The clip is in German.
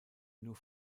nur